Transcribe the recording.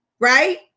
right